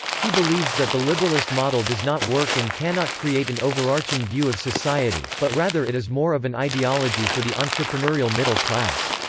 he believes that the liberalist model does not work and cannot create an overarching view of society, but rather it is more of an ideology for the entrepreneurial middle class.